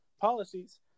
policies